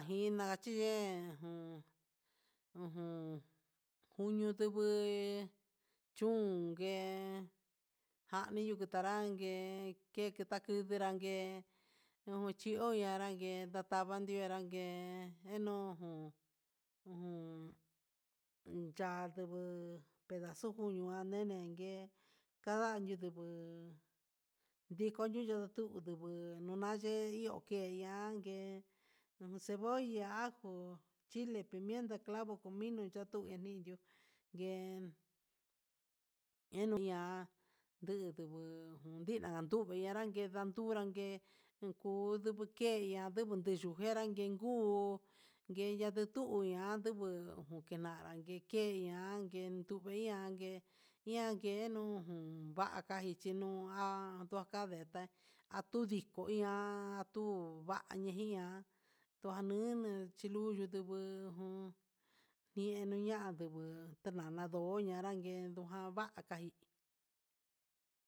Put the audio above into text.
Jin nakachiyen uun ujun junio ndugu he chunngue, jamii niu kukanrague ngue kukenrangue umichio anrague, ndatavandio anrangue enu jun ujun en ya'a ndugu pedaxcuño andenden nguee, kañan nduguu ndiko ñiño ndungutu yungu yenayi he iho nuke ñan ngue, un cebolla, ajo chile pimienta clavo comino un yatu nindió, ngue enia nduguu nii nakanduu anrangue, ndandu ndangue kuduu keya nduju ni yuu nguerangue nguu, ngue ndetuña ndugu kenana nregueña nrangue no nrangue nakenu jun va'a kajeno há nduakandeta antu kuian atu va'a ñejiaan nduanina chilungu ndubu jun ñie nuña ndee buu nana ndoña'a ñanadangue kava'a kahi.